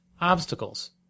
obstacles